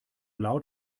laut